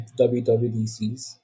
WWDCs